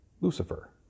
Lucifer